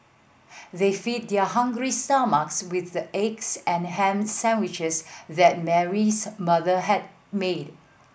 they feed their hungry stomachs with the eggs and ham sandwiches that Mary's mother had made